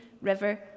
River